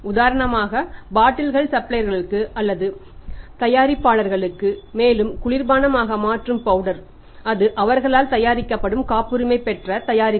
உதாரணமாக பாட்டில்கள் சப்ளையர்களுக்கு அல்லது தயாரிப்பாளர்களுக்கு மேலும் குளிர்பானம் ஆக மாற்றும் பவுடர் அது அவர்களால் தயாரிக்கப்படும் காப்புரிமை பெற்ற தயாரிப்பு